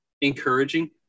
encouraging